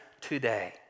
today